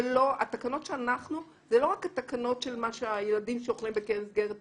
זה לא רק התקנות של מה שהילדים אוכלים במסגרת המדינה,